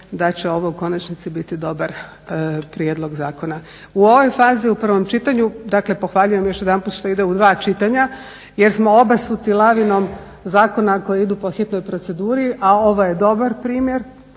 da će ovo u konačnici biti dobar prijedlog zakona. U ovoj fazi u prvom čitanju dakle pohvaljujem još jedanput što ide u dva čitanja jer smo obasuti lavinom zakona koji idu po hitnoj proceduri, a ovo je dobar primjer